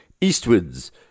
eastwards